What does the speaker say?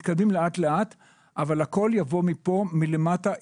מתקדמים לאט לאט אבל הכול יבוא מכאן, מלמטה.